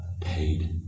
paid